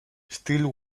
still